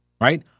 right